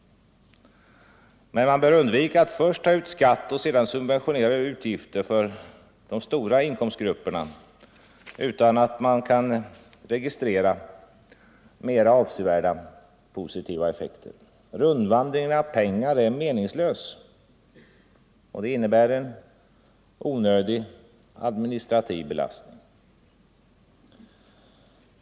Men man bör undvika att först ta ut skatt och sedan subventionera utgifter för de stora inkomstgrupperna utan att man kan registrera mer avsevärda positiva effekter. Rundvandringen av pengar är meningslös och innebär en onödig administrativ belastning.